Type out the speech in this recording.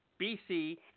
BC